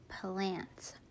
plants